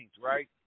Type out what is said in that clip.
right